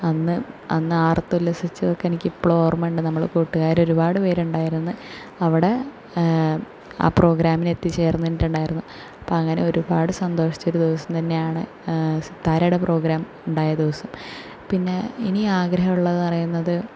അന്ന് അന്ന് ആർത്തുല്ലസിച്ചതൊക്കെ എനിക്കിപ്പോഴും ഓർമ്മയുണ്ട് നമ്മൾ കൂട്ടുകാര് ഒരുപാട് പേരുണ്ടായിരുന്നു അവിടെ ആ പ്രോഗ്രാമിനെത്തി ചേർന്നിട്ടുണ്ടായിരുന്നു അപ്പം അങ്ങനെ ഒരുപാട് സന്തോഷിച്ച ഒരു ദിവസം തന്നെയാണ് സിത്താരേടെ പ്രോഗ്രാം ഉണ്ടായ ദിവസം പിന്നെ ഇനി ആഗ്രഹം ഉള്ളത് പറയുന്നത്